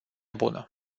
bună